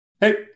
Hey